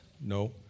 No